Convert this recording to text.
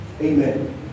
Amen